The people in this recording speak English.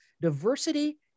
Diversity